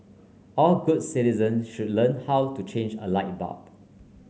all good citizens should learn how to change a light bulb